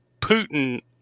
Putin